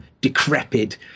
decrepit